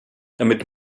damit